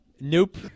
Nope